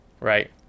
Right